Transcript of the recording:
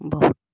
বহুত